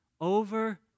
over